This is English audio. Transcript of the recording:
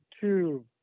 two